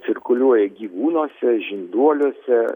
cirkuliuoja gyvūnuose žinduoliuose